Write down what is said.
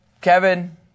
Kevin